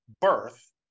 birth